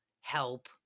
help